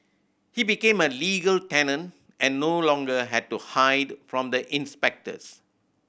he became a legal tenant and no longer had to hide from the inspectors